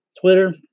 Twitter